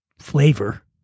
flavor